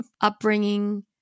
upbringing